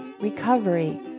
recovery